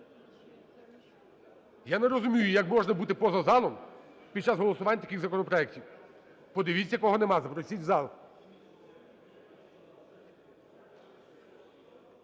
Я не розумію, як можна бути поза залом під час голосування таких законопроектів. Подивіться, кого немає, запросіть в зал.